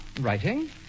Writing